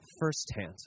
firsthand